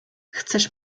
chcesz